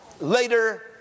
later